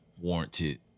warranted